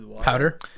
Powder